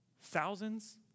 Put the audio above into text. Thousands